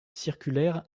circulaire